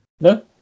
No